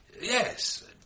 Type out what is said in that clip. Yes